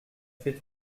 fait